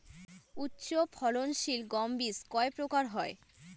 উচ্চ ফলন সিল গম বীজ কয় প্রকার হয়?